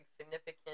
significant